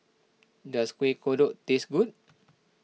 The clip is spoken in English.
does Kueh Kodok taste good